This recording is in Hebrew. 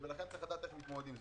לכן יש לדעת איך להתמודד עם זה.